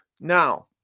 Now